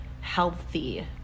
healthy